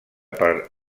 per